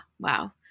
Wow